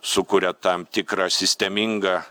sukuria tam tikrą sistemingą